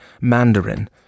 Mandarin